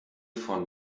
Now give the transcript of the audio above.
von